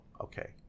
okay